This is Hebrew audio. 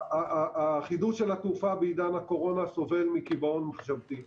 החידוש של התעופה בעידן הקורונה סובל מקיבעון מחשבתי.